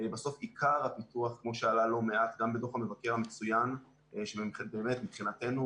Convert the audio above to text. בסוף עיקר הפיתוח כמו שעלה לא מעט גם בדוח המבקר המצוין שבאמת מבחינתנו